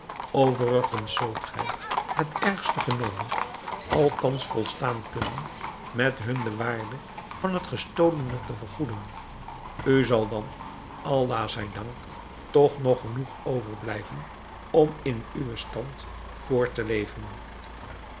overigens zult gij het ergste genomen althans volstaan kunnen met hun de waarde van het gestolene te vergoeden u zal dan allah zij dank toch nog genoeg overblijven om in uwen stand voort te leven